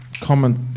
Comment